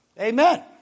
Amen